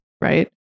right